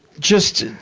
just